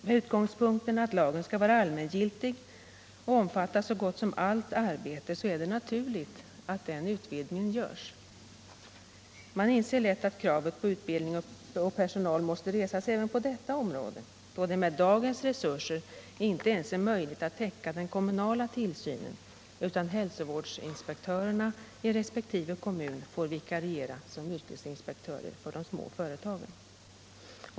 Med utgångspunkten att lagen skall vara allmängiltig och omfatta så gott som allt arbete är det naturligt att den utvidgningen görs. Man inser lätt att kravet på utbildning och personal måste resas även på detta område, då det med dagens resurser inte ens är möjligt att täcka den kommunala tillsynen, utan hälsovårdsinspektören i kommunen får vikariera som yrkesinspektör för de små företagen.